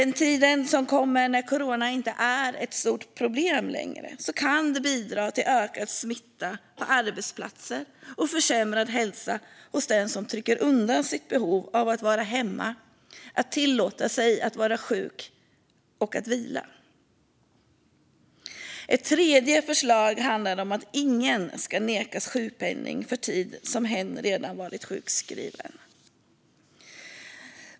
När corona inte längre är ett stort problem kan detta bidra till ökad smitta på arbetsplatser och till försämrad hälsa hos den som trycker undan sitt behov av att vara hemma och som inte tillåter sig att vara sjuk och vila. Ett tredje förslag handlar om att ingen ska nekas sjukpenning för tid som en redan varit sjukskriven.